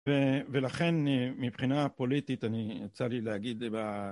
ולכן מבחינה פוליטית אני יצא לי להגיד ב...